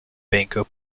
banker